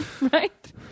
right